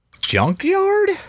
junkyard